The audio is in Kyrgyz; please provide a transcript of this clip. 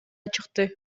чыкты